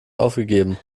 aufgegeben